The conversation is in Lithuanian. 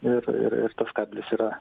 ir ir ir tas kabelis yra